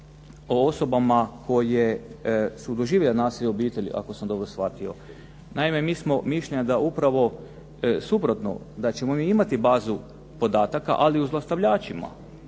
o osobama koje su doživjele nasilje u obitelji ako sam dobro shvatio. Naime mi smo mišljenja da upravo suprotno, da ćemo mi imati bazu podataka, ali o zlostavljačima,